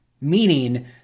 Meaning